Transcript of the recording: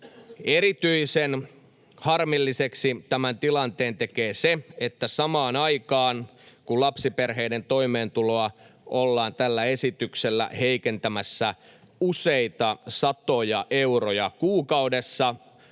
Erityisen harmilliseksi tämän tilanteen tekee se, että samaan aikaan kun lapsiperheiden toimeentuloa ollaan tällä esityksellä heikentämässä useita satoja euroja kuukaudessa,